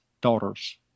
daughters